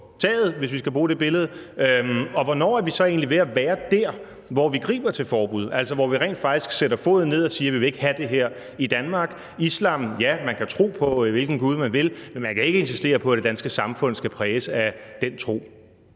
hvor vi rent faktisk sætter foden ned og siger, at vi ikke vil have det her i Danmark? Man kan tro på, hvilken gud man vil, men man kan ikke insistere på, at det danske samfund skal præges af den tro.